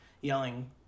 yelling